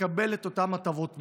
תקבל את אותן הטבות מס.